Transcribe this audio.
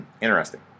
interesting